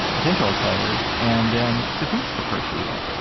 potential slayers, and then defeats the first evil.